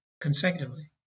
consecutively